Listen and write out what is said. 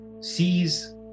sees